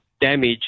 damage